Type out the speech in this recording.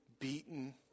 beaten